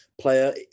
player